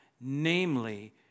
Namely